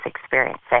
experiencing